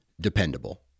dependable